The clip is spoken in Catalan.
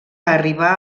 arribà